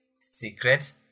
Secret